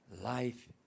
Life